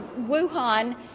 Wuhan